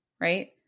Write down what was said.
right